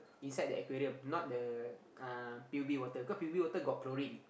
inside the aquarium not the uh p_u_b water cause p_u_b water got chlorine